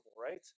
right